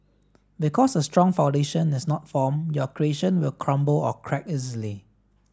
because a strong foundation is not formed your creation will crumble or crack easily